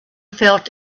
felt